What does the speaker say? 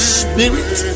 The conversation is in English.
spirit